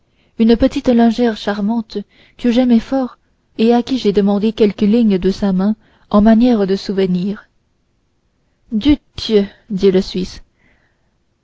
une petite lingère charmante que j'aimais fort et à qui j'ai demandé quelques lignes de sa main en manière de souvenir dutieu dit le suisse